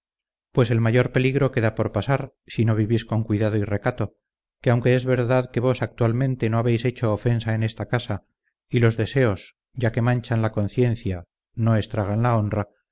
pues el mayor peligro queda por pasar si no vivís con cuidado y recato que aunque es verdad que vos actualmente no habéis hecho ofensa en esta casa y los deseos ya que manchan la conciencia no estragan la honra